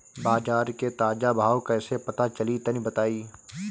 बाजार के ताजा भाव कैसे पता चली तनी बताई?